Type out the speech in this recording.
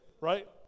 Right